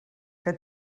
que